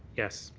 yes.